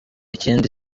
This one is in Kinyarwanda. ikindi